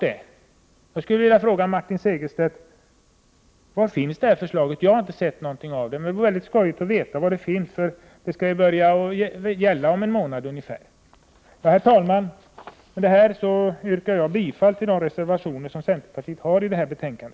Jag skulle därför vilja fråga Martin Segerstedt: Hur är det med det här förslaget? Jag har inte sett till det. Det skulle vara väldigt roligt att få ett svar här, eftersom reglerna skall börja gälla om ungefär en månad. Herr talman! Med detta yrkar jag bifall till centerpartiets reservationer i detta betänkande.